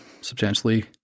substantially